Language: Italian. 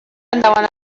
andavano